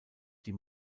die